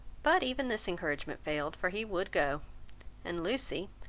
but even this encouragement failed, for he would go and lucy,